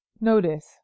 notice